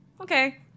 okay